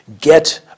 get